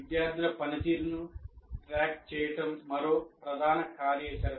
విద్యార్థుల పనితీరును ట్రాక్ చేయడం మరో ప్రధాన కార్యాచరణ